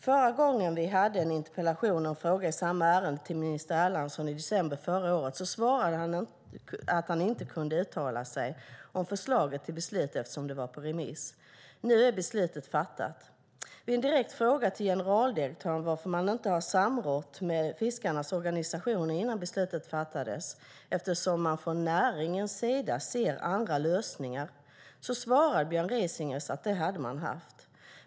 Förra gången vi hade en interpellationsdebatt och en fråga i samma ärende till minister Erlandsson, i december förra året, svarade han att han inte kunde uttala sig om förslaget till beslut eftersom det var på remiss. Nu är beslutet fattat. Vid en direkt fråga till generaldirektören varför man inte samrått med fiskarnas organisationer innan beslut fattades eftersom man från näringens sida ser andra lösningar svarade Björn Risinger att det hade man gjort.